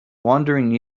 wandering